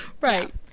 Right